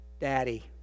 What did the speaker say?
daddy